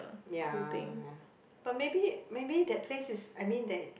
ya but maybe maybe that place is I mean that